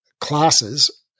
classes